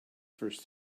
first